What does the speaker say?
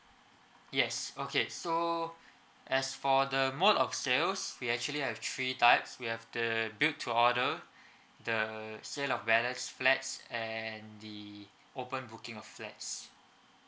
yes okay so as for the mode of sales we actually have three types we have the built to order the sales of balance flats and the open booking of flats